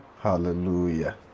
hallelujah